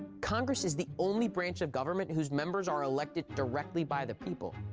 congress is the only branch of government whose members are elected directly by the people,